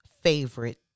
favorite